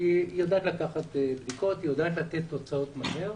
יודעת לקחת בדיקות והיא יודעת לתת תוצאות מהר.